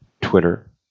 Twitter